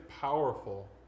powerful